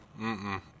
Mm-mm